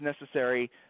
necessary